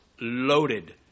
loaded